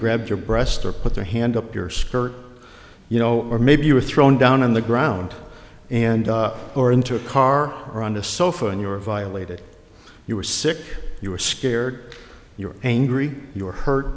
grabbed your breast or put their hand up your skirt you know or maybe you were thrown down on the ground and or into a car or on a sofa in your violated you were sick you were scared you're angry you're hurt